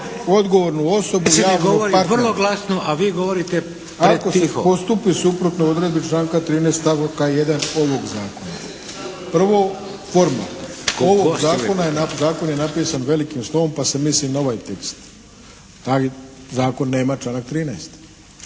govore u glas, ne razumije se./ … Ako se postupi suprotno odredbi članka 13. stavka 1. ovog zakona, prvo formalno. Zakon je napisan velikim slovom, pa se misli na ovaj tekst. Taj zakon nema članak 13.